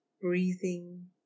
Breathing